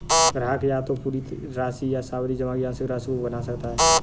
ग्राहक या तो पूरी राशि या सावधि जमा की आंशिक राशि को भुना सकता है